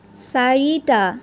চাৰিটা